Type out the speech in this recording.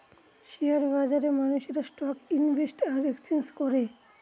share বাজারে মানুষেরা stock invest আর এক্সচেঞ্জ করে